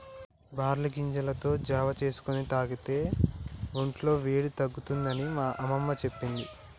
barley గింజలతో జావా చేసుకొని తాగితే వొంట్ల వేడి తగ్గుతుంది అని అమ్మమ్మ చెప్పేది